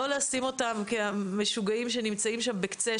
לא לשים אותם בתור "המשוגעים שנמצאים שם בקצה",